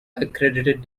accredited